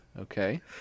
Okay